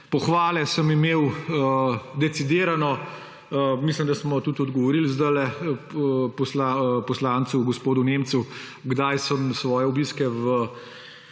pohvale sem imel decidirane. Mislim, da smo zdajle odgovorili tudi poslancu gospodu Nemcu, kdaj sem svoje obiske